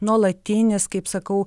nuolatinis kaip sakau